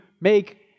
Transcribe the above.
make